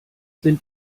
sind